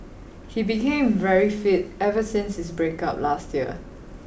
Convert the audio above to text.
he became very fit ever since his break up last year